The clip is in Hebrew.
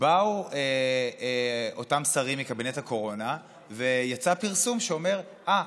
באו אותם שרים מקבינט הקורונה ויצא פרסום שאומר: אה,